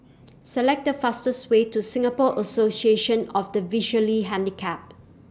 Select The fastest Way to Singapore Association of The Visually Handicapped